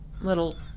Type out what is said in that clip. little